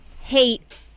hate